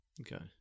Okay